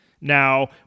now